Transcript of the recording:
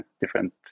different